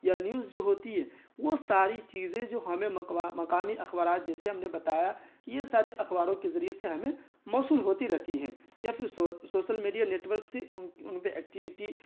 یا نیوز جو ہوتی ہے وہ ساری چیزیں جو ہمیں مقامی اخبارات جیسے ہم نے بتایا کہ یہ سارے اخباروں کے ذریعے سے ہمیں موصول ہوتی رہتی ہیں یا پھر سوسل میڈیا نیٹ ورک سے ان ان پہ ایکٹیوٹی